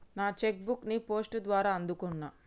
నా cheque book ని post ద్వారా అందుకున్నా